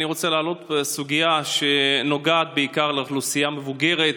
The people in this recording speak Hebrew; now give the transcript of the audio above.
אני רוצה להעלות סוגיה שנוגעת בעיקר לאוכלוסייה המבוגרת.